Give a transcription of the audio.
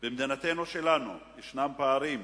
במדינתנו שלנו יש פערים,